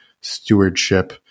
stewardship